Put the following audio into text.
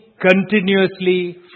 continuously